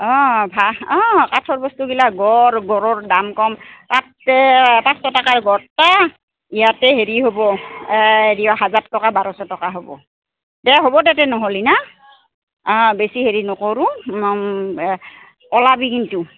অঁ ভাল অঁ কাঠৰ বস্তুবিলাক গড় গড়ৰ দাম কম তাতে পাঁচশ টকাই গড় পায় ইয়াতে হেৰি হ'ব এ হেৰি হাজাৰ টকা বাৰশ টকা হ'ব দে হ'ব তেনেহ'লে না অঁ বেছি হেৰি নকৰোঁ ওলাবি কিন্তু